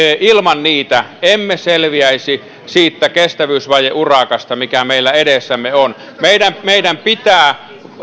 ilman niitä emme selviäisi siitä kestävyysvajeurakasta mikä meillä edessämme on meidän meidän pitää